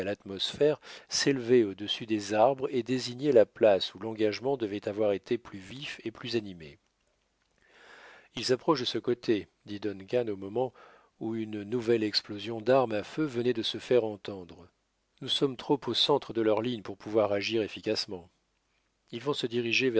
l'atmosphère s'élevait au-dessus des arbres et désignait la place où l'engagement devait avoir été plus vif et plus animé ils approchent de ce côté dit duncan au moment où une nouvelle explosion d'armes à feu venait de se faire entendre nous sommes trop au centre de leur ligne pour pouvoir agir efficacement ils vont se diriger